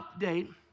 update